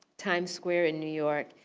times square in new york,